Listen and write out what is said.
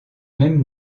même